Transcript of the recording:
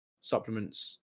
supplements